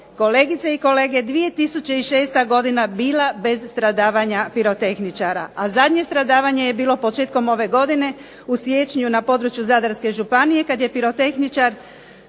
kolegice i kolege, 2006. godina bila bez stradavanja pirotehničara. A zadnje stradavanje je bilo početkom ove godine u siječnju na području Zadarske županije kada je pirotehničar